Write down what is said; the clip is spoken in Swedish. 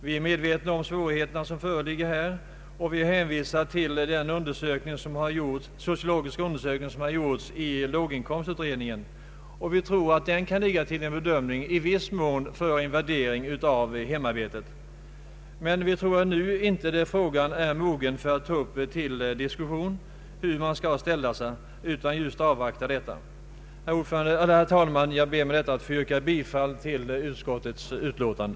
Vi är medvetna om svårigheterna, och vi hänvisar till den sociologiska undersökning som har gjorts av låginkomstutredningen. Vi tror att den i viss mån kan ligga till grund för en värdering av hemarbetet. Vi anser dock att frågan ännu inte är mogen att tas upp till diskussion, utan vi vill först avvakta nämnda utredning. Herr talman! Jag ber att få yrka bifall till utskottets utlåtande.